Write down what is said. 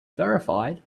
verified